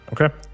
Okay